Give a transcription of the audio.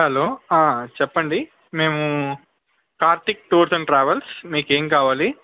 hello ఆ చెప్పండి మేము కార్తిక్ టూర్స్ అండ్ ట్రావెల్స్ మీకు ఏమి కావాలి